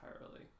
entirely